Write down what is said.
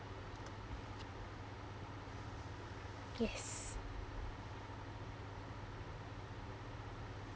yes